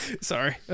Sorry